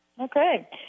Okay